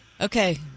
Okay